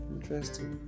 Interesting